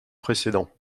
précédent